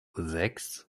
sechs